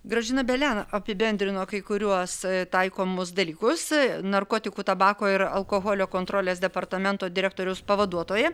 gražina belen apibendrino kai kuriuos taikomus dalykus narkotikų tabako ir alkoholio kontrolės departamento direktoriaus pavaduotoja